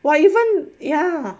!wah! even ya